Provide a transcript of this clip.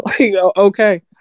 okay